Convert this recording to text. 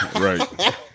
right